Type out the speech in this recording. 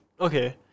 Okay